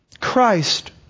Christ